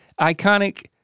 iconic